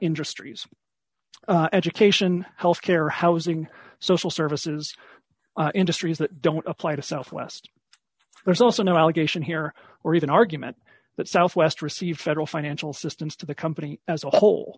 industries education health care housing social services industries that don't apply to southwest there's also no allegation here or even argument that southwest received federal financial assistance to the company as a whole